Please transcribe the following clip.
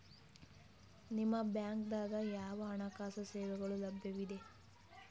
ನಿಮ ಬ್ಯಾಂಕ ದಾಗ ಯಾವ ಹಣಕಾಸು ಸೇವೆಗಳು ಲಭ್ಯವಿದೆ?